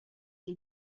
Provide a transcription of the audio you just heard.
les